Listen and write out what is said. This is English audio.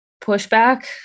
pushback